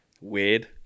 weird